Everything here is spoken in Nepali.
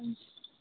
हुन्छ